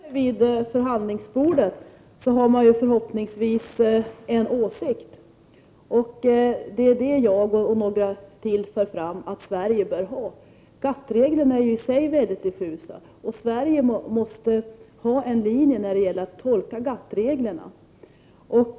Fru talman! När man sätter sig vid förhandlingsbordet, Åke Selberg, har man förhoppningsvis en åsikt. Det är det jag och några till för fram att Sverige bör ha. GATT-reglerna är ju i sig väldigt diffusa, och Sverige måste ha en linje när det gäller att tolka dem.